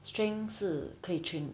strength 是可以 train